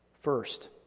First